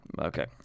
Okay